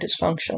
dysfunction